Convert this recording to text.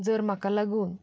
जर म्हाका लागून